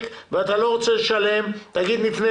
אתה באמת